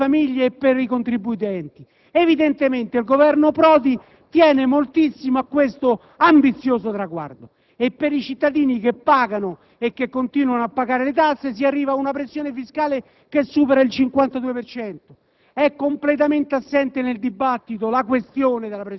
determinando un livello insopportabile per la competitività delle imprese, per le famiglie e per i contribuenti. Evidentemente il Governo Prodi tiene moltissimo a questo ambizioso traguardo. E per i cittadini che pagano e continuano a pagare le tasse si arriva ad una pressione fiscale